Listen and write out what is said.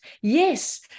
Yes